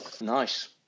Nice